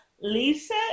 Lisa